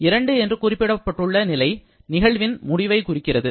2 என்று குறிக்கப்பட்டுள்ள நிலை நிகழ்வின் முடிவை குறிக்கிறது